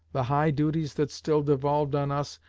the high duties that still devolved on us,